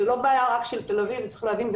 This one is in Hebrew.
זו לא בעיה רק של תל אביב צריך להבין,